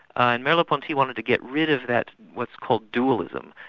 ah and merleau-ponty wanted to get rid of that, what's called dualism,